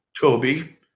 Toby